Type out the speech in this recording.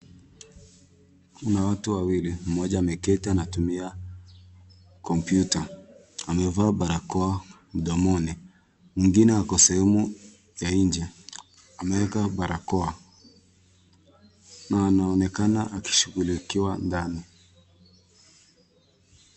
Kuna watu wawili, mmoja ameketi anatumia kompyuta. Amevaa barakoa mdomoni. mwingine ako sehemu ya nje. Ameweka barakoa. Na anaonekana akishughulikiwa ndani.